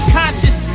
conscious